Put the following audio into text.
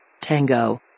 Tango